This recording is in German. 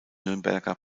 nürnberger